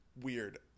weird